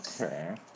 Okay